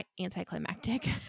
anticlimactic